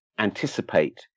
anticipate